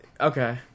okay